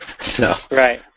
Right